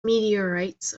meteorites